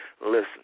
listen